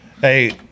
hey